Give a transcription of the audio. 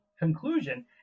conclusion